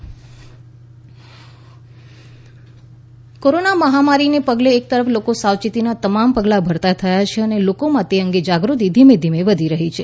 on line delivery સાવચેતી corona મહામારીને પગલે એક તરફ લોકો સાવચેતીના તમામ પગલાં ભરતા થયા છે અને લોકોમાં તે અંગે જાગૃતિ ધીમે ધીમે વધી રહી છે